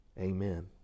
Amen